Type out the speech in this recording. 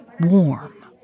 warm